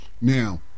Now